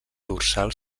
dorsal